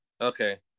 okay